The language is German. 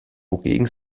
wogegen